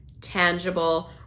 tangible